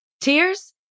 tears